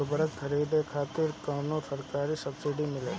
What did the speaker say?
उर्वरक खरीदे खातिर कउनो सरकारी सब्सीडी मिलेल?